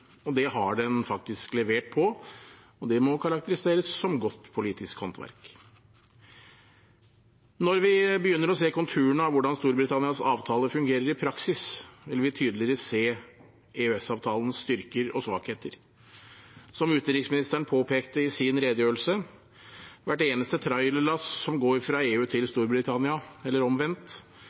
og det har den faktisk levert på. Det må karakteriseres som godt politisk håndverk. Når vi begynner å se konturene av hvordan Storbritannias avtale fungerer i praksis, vil vi tydeligere se EØS-avtalens styrker og svakheter. Som utenriksministeren påpekte i sin redegjørelse: Hvert eneste trailerlass som går fra EU til Storbritannia – eller omvendt